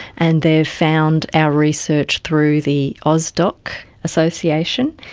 and they have found our research through the ausdocc association,